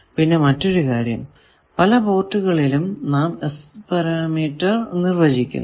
പിന്നെ മറ്റൊരു കാര്യം പല പോർട്ടുകളിലും നാം പാരാമീറ്റർ നിർവചിക്കുന്നു